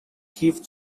give